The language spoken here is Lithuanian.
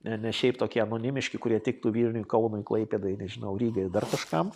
ne ne šiaip tokie anonimiški kurie tiktų vilniui kaunui klaipėdai nežinau rygai dar kažkam